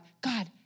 God